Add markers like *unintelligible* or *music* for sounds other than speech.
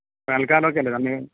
തൽക്കാലം ഒക്കെയല്ലേ *unintelligible*